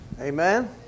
Amen